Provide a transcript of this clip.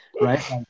right